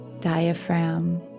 diaphragm